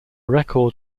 record